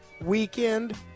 weekend